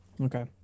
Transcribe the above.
Okay